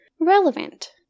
relevant